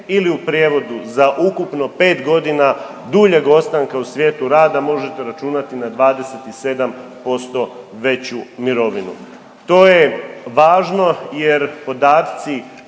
ili u prijevodu za ukupno 5 godina duljeg ostanka u svijetu rada možete računati na 27% veću mirovinu. To je važno jer podaci